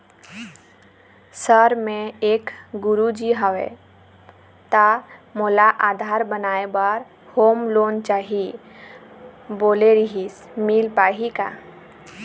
Sir मे एक गुरुजी हंव ता मोला आधार बनाए बर होम लोन चाही बोले रीहिस मील पाही का?